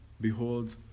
behold